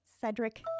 Cedric